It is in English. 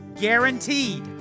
guaranteed